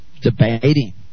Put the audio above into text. debating